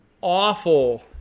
awful